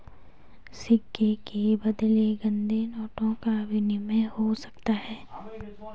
सिक्के के बदले गंदे नोटों का विनिमय हो सकता है